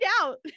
out